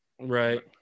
Right